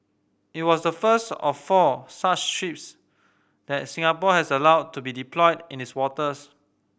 it was the first of four such ships that Singapore has allowed to be deployed in its waters